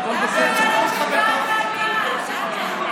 נא לשבת.